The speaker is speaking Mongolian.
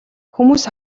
хүмүүс